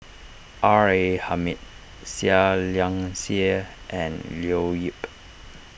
R A Hamid Seah Liang Seah and Leo Yip